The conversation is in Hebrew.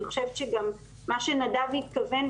אני חושבת שגם מה שנדב התכוון,